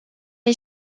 est